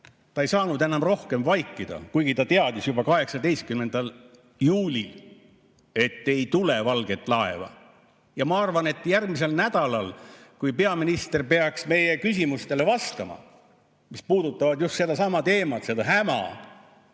Ta ei saanud enam rohkem vaikida, kuigi ta teadis juba 18. juulil, et ei tule valget laeva. Ja ma arvan, et järgmisel nädalal, kui peaminister peaks meie küsimustele vastama, mis puudutavad just sedasama teemat, seda häma,